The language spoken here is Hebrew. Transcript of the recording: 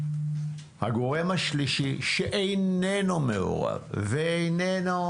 הגורם השלישי, שאיננו מעורב, ואיננו